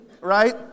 right